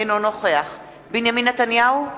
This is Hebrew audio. אינו נוכח בנימין נתניהו,